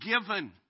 given